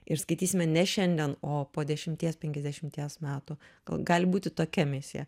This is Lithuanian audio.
ir skaitysime ne šiandien o po dešimties penkiasdešimties metų ga gali būti tokia misija